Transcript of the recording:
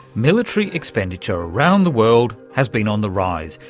military expenditure around the world has been on the rise,